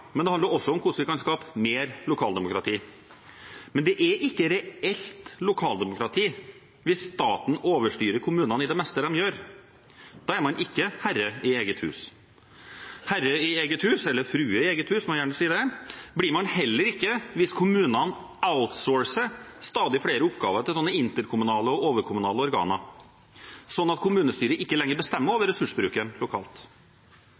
men det handler også om hvordan vi kan skape mer lokaldemokrati. Men det er ikke reelt lokaldemokrati hvis staten overstyrer kommunene i det meste de gjør. Da er man ikke herre i eget hus. Herre i eget hus eller frue i eget hus – man kan gjerne si det – blir man heller ikke hvis kommunene «outsourcer» stadig flere oppgaver til interkommunale og overkommunale organer, slik at kommunestyret ikke lenger bestemmer over ressursbruken lokalt.